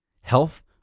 health